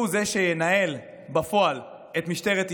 שהוא שינהל בפועל את משטרת ישראל.